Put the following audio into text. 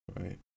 Right